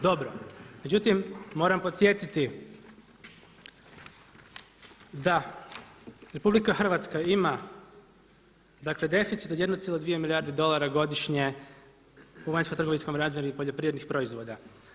Dobro, međutim moram podsjetiti da RH ima dakle deficit od 1,2 milijarde dolara godišnje u vanjsko-trgovinskoj razmjeni poljoprivrednih proizvoda.